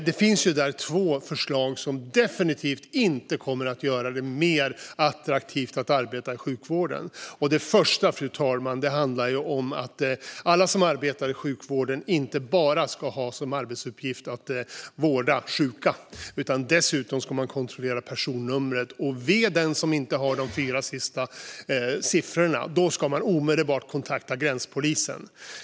Det finns två förslag som definitivt inte kommer att göra det mer attraktivt att arbeta i sjukvården. Det första, fru talman, handlar om att alla som arbetar i sjukvården inte bara ska ha som arbetsuppgift att vårda sjuka, utan man ska dessutom kontrollera personnumret - och ve den som inte har de fyra sista siffrorna! Då ska man omedelbart kontakta gränspolisen.